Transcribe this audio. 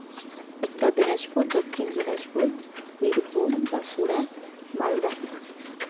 Uttar Dinajpur Dakshin Dinajpur Birbhum Bankura Malda